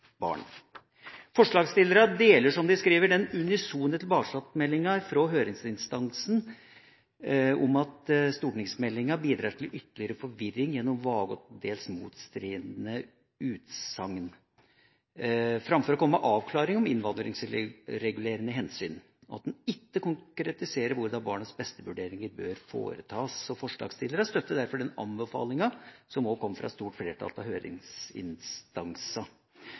deler, som de skriver, den unisone tilbakemeldinga fra høringsinstansene om at stortingsmeldinga bidrar til ytterligere forvirring gjennom vage og til dels motstridende utsagn framfor å komme med avklaringer om innvandringsregulerende hensyn, og at den ikke konkretiserer hvordan barnets-beste-vurderinger bør foretas. Forslagsstillerne støtter derfor den anbefalinga som kom fra et stort flertall av